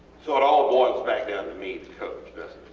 so it all boils back down to me, the coach,